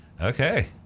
Okay